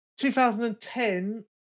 2010